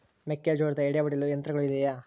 ಮೆಕ್ಕೆಜೋಳದ ಎಡೆ ಒಡೆಯಲು ಯಂತ್ರಗಳು ಇದೆಯೆ?